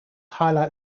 highlight